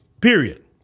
period